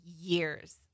years